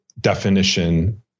definition